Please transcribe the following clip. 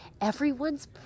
everyone's